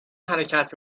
حرکت